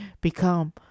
become